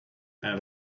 and